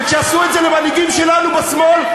וכשעשו את זה למנהיגים שלנו בשמאל,